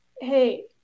Hey